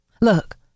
Look